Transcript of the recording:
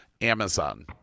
Amazon